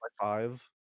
five